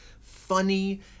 funny